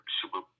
super